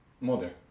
mother